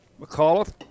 McAuliffe